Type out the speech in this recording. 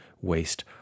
waste